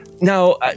Now